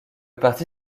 parti